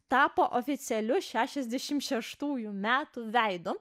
tapo oficialiu šešiasdešimt šeštųjų metų veidu